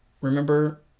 remember